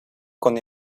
con